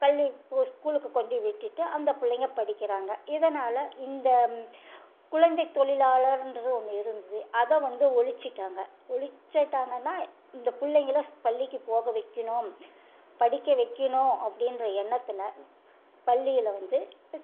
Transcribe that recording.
கல்வி இப்போ ஸ்கூலுக்குக் கொண்டு விட்டுட்டு அந்த பிள்ளைங்க படிக்கிறாங்க இதனால் இந்த குழந்தை தொழிலார்ன்ற ஒன்று இருந்தது அதை வந்து ஒழித்துட்டாங்க ஒழித்துட்டாங்கன்னா இந்த பிள்ளைங்கள பள்ளிக்கு போக வைக்கணும் படிக்க வைக்கணும் அப்படின்ற எண்ணத்தில் பள்ளியில் வந்து